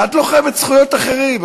מה את לוחמת זכויות אחרים?